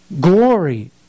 glory